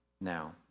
Now